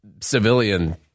civilian